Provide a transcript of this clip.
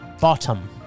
Bottom